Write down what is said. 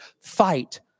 fight